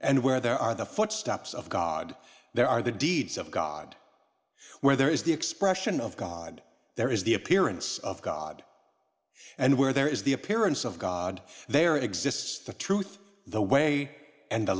and where there are the footsteps of god there are the deeds of god where there is the expression of god there is the appearance of god and where there is the appearance of god there exists the truth the way and the